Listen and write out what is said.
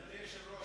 אדוני היושב-ראש,